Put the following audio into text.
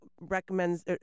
recommends